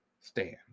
stand